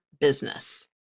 business